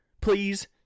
Please